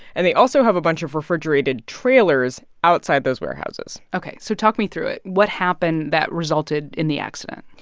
and they also have a bunch of refrigerated trailers outside those warehouses ok. so talk me through it. what happened that resulted in the accident?